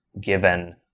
given